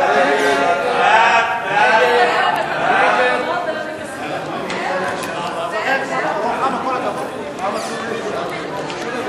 הצעת הסיכום שהביא חבר הכנסת זבולון אורלב נתקבלה.